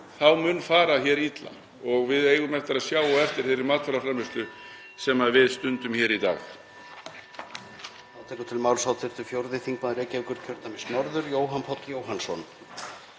þá mun fara illa og við eigum eftir að sjá á eftir þeirri matvælaframleiðslu sem við stundum í dag.